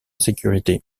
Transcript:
sécurité